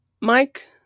Mike